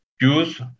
use